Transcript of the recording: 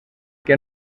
que